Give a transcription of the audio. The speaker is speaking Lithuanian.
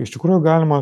iš tikrųjų galima